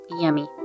Yummy